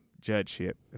judgeship